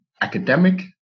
academic